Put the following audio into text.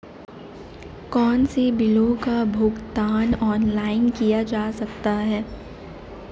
कौनसे बिलों का भुगतान ऑनलाइन किया जा सकता है?